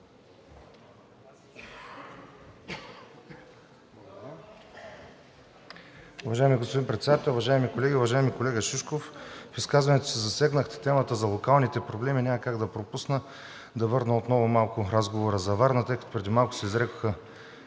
Уважаеми господин Председател, уважаеми колеги! Уважаеми колега Шишков, в изказването си засегнахте темата за локалните проблеми. Няма как да пропусна да върна отново малко разговора за Варна, тъй като преди малко се изрекоха